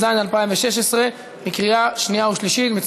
התשע"ז 2016. מי בעד הפיצול ומי נגד הפיצול?